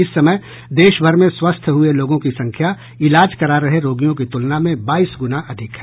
इस समय देशभर में स्वस्थ हुए लोगों की संख्या इलाज करा रहे रोगियों की तुलना में बाईस गुना अधिक है